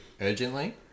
urgently